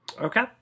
Okay